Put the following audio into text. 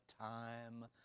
time